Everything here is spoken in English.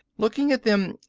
looking at them,